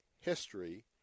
history